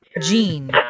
Gene